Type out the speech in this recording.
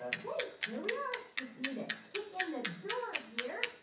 ah ok. here we are. just need to kick in the door here.